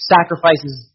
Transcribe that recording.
Sacrifices